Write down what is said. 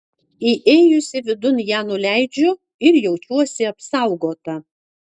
įėjusi vidun ją nuleidžiu ir jaučiuosi apsaugota